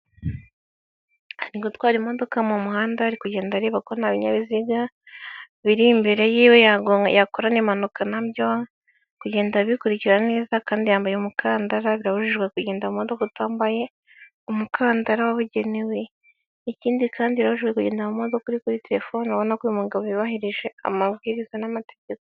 Ari gutwara imodoka mu muhanda ari kugenda areba ko nta binyabiziga biri imbere yiwe yakorana impanuka nabyo, ari kugenda abikurikira neza, kandi yambaye umukandara birabujijwe kugenda utambaye umukandara wabugenewe. Ikindi kandi birabujijwe kugenda modoka uri kuri telefoni, urabona ko uyu mugabo yubahirije amabwiriza n'amategeko.